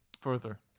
further